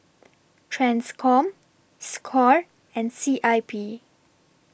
TRANSCOM SCORE and C I P